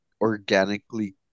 organically